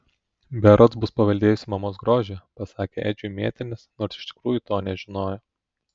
berods bus paveldėjusi mamos grožį pasakė edžiui mėtinis nors iš tikrųjų to nežinojo